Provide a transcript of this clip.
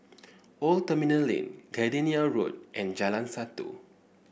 Old Terminal Lane Gardenia Road and Jalan Satu